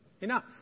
enough